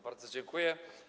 Bardzo dziękuję.